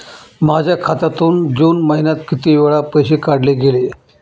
माझ्या खात्यातून जून महिन्यात किती वेळा पैसे काढले गेले?